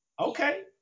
Okay